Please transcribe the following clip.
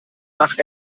nach